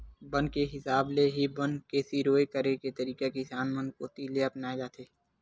बन के हिसाब ले ही बन ल सिरोय करे के तरीका किसान मन कोती ले अपनाए जाथे